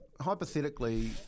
hypothetically